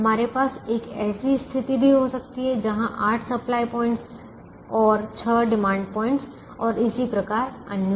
हमारे पास एक ऐसी स्थिति भी हो सकती है जहां आठ सप्लाय पॉइंटस और छह डिमांड पॉइंटस और इस प्रकार अन्य